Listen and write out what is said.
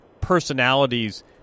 personalities